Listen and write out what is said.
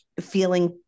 feeling